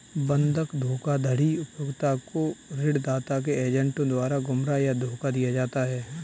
बंधक धोखाधड़ी उपभोक्ता को ऋणदाता के एजेंटों द्वारा गुमराह या धोखा दिया जाता है